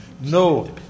no